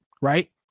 right